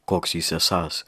koks jis esąs